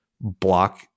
block